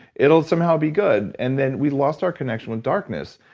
it'll somehow be good. and then we lost our connection with darkness.